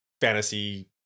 fantasy